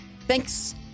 Thanks